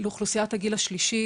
לאוכלוסיית הגיל השלישי.